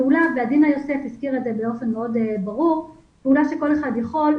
מדובר בפעולה שכל אחד יכול,